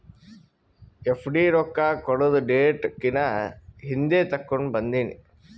FD ರೊಕ್ಕಾ ಕೊಡದು date ಕಿನಾ ಹಿಂದೆ ತೇಕೊಂಡ್ ಬಂದಿನಿ